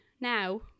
now